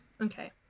Okay